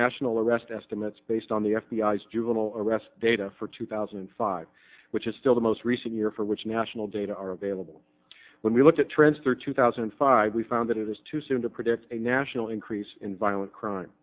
national arrest estimates based on the f b i s juvenile arrest data for two thousand and five which is still the most recent year for which national data are available when we look at trends thirty two thousand and five we found that it is too soon to predict a national increase in violent crime